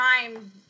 time